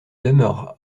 demeure